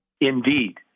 Indeed